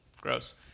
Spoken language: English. gross